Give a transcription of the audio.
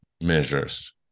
measures